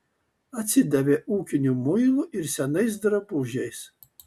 atsidavė ūkiniu muilu ir senais drabužiais